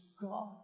God